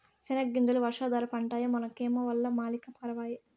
సెనగ్గింజలు వర్షాధార పంటాయె మనకేమో వల్ల మాలిన కరవాయె